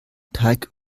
teig